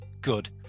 good